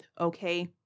okay